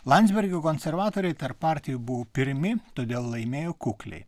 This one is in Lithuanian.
landsbergio konservatoriai tarp partijų buvo pirmi todėl laimėjo kukliai